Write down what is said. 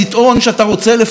ושמרכיבים אותה.